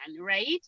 right